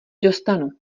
dostanu